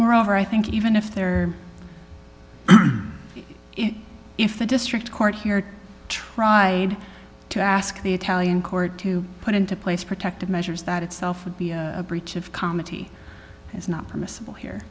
moreover i think even if there is if the district court here tried to ask the italian court to put into place protective measures that itself would be a breach of comedy is not permissible here